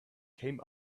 came